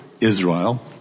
Israel